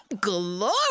Glory